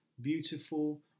beautiful